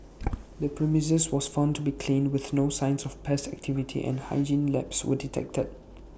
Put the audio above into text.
the premises was found to be clean with no signs of pest activity and hygiene lapse were detected